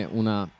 una